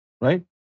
right